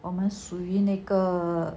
我们属于那个